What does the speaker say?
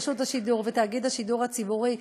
רשות השידור ותאגיד השידור הציבורי.